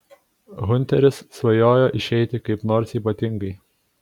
hunteris svajojo išeiti kaip nors ypatingai